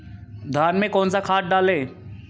धान में कौन सा खाद डालें?